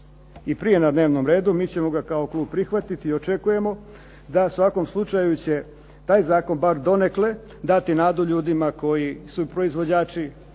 i prije na dnevnom redu. Mi ćemo ga kao klub prihvatiti i očekujemo da u svakom slučaju će taj zakon bar donekle dati nadu ljudima koji su proizvođači,